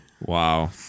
Wow